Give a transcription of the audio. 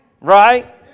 right